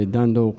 dando